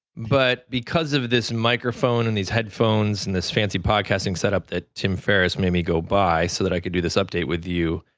but because of this microphone and these headphones, and this fancy podcasting setup that tim ferriss made me go buy so that i could do this update with you,